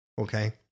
Okay